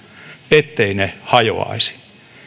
etteivät ne hajoaisi